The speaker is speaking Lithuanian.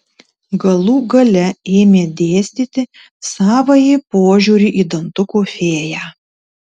galų gale ėmė dėstyti savąjį požiūrį į dantukų fėją